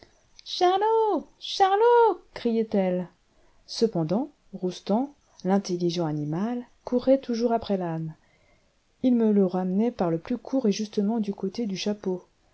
charlot charlot criait-elle cependant roustan l'intelligent animal courait toujours après l'âne il me le ramenait par le plus court et justement du côté du chapeau